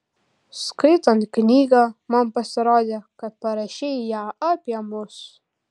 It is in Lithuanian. skaitant knygą man pasirodė kad parašei ją apie mus